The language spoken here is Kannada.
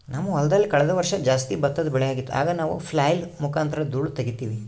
ನಮ್ಮ ಹೊಲದಲ್ಲಿ ಕಳೆದ ವರ್ಷ ಜಾಸ್ತಿ ಭತ್ತದ ಬೆಳೆಯಾಗಿತ್ತು, ಆಗ ನಾವು ಫ್ಲ್ಯಾಯ್ಲ್ ಮುಖಾಂತರ ಧೂಳು ತಗೀತಿವಿ